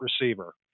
receiver